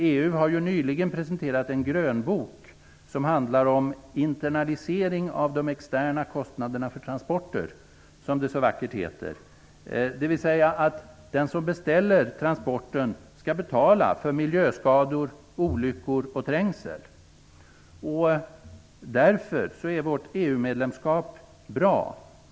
EU har ju nyligen presenterat en grönbok, som handlar om internalisering av de externa kostnaderna för transporter, som det så vackert heter. Det innebär att den som beställer transporten skall betala för miljöskador, olyckor och trängsel. Därför är vårt EU-medlemskap bra.